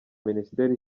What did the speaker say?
minisiteri